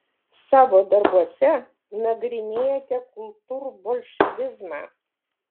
savo darbuose nagrinėjate kultūrbolševizmą